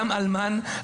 גם אלמן,